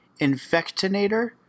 Infectinator